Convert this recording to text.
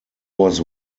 was